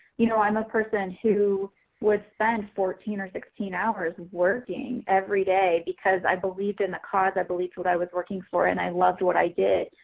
you know i'm a person who would spend fourteen or sixteen hours working everyday because i believe in the cause. i believe what i was working for and i loved what i did.